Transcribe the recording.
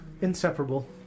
inseparable